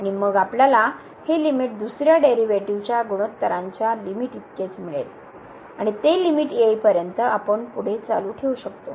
आणि मग आपल्याला ही लिमिट दुसर्या डेरिव्हेटिव्ह्जच्या गुणोत्तरांच्या लिमिट इतकीच मिळेल आणि ते लिमिट येईपर्यंत आपण पुढे चालू ठेवू शकतो